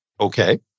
okay